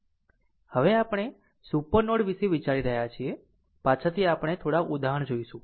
હવે આપણે super node વિશે વિચારી રહ્યા છીએ પાછળથી આપણે થોડા ઉદાહરણો જોશું